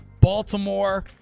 Baltimore